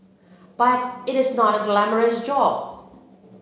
but it is not a glamorous job